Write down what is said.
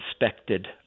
inspected